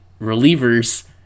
relievers